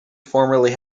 formerly